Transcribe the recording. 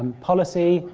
um policy,